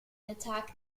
attack